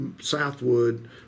Southwood